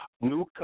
New